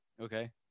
Okay